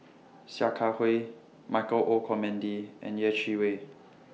Sia Kah Hui Michael Olcomendy and Yeh Chi Wei